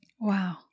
Wow